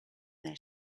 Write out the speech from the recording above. there